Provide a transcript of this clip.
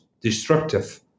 destructive